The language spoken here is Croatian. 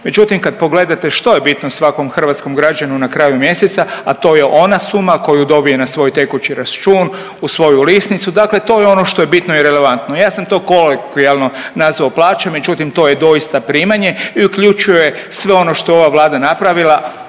Međutim kad pogledate što je bitno svakom hrvatskom građanu svakog mjesta, a to je ona suma koju dobije na svoj tekući račun u svoju lisnicu, dakle to je ono što je bitno i relevantno. Ja sam to kolokvijalno nazvao plaćom, međutim to je doista primanje i uključuje sve ono što ova Vlada napravila,